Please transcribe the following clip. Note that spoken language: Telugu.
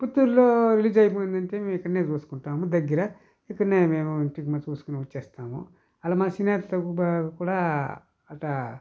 పుత్తూరులో రిలీజ్ అయిపోయిందంటే మేము ఇక్కడనే చూసుకుంటాము దగ్గర ఇక్కడనే మేము సినిమా చూసుకుని వచ్చేస్తాము అలా మా సినిమాతో కూడా అట్టా